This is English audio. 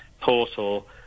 portal